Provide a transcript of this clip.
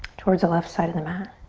towards the left side of the mat.